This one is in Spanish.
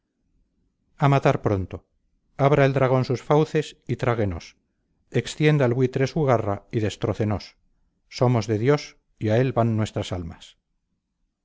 a matar pronto abra el dragón sus fauces y tráguenos extienda el buitre su garra y destrócenos somos de dios y a él van nuestras almas